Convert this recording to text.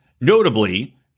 notably